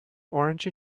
orange